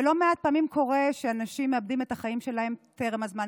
ולא מעט פעמים קורה שאנשים מאבדים את החיים שלהם טרם הזמן,